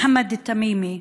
מוחמד תמימי,